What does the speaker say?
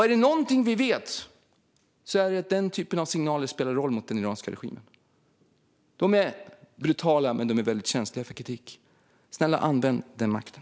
Är det någonting vi vet är det att den typen av signaler mot den iranska regimen spelar roll. De är brutala, men de är väldigt känsliga för kritik. Snälla, använd den makten!